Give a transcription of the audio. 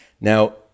Now